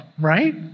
right